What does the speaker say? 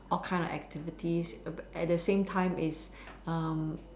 all kind of activities at the same time is